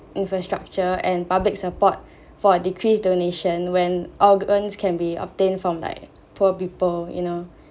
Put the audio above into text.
infrastructure and public support for a decrease donation when organs can be obtained from like poor people you know